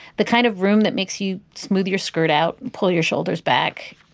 the kind of room that makes you smooth your skirt out. pull your shoulders back.